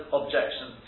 objection